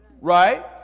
Right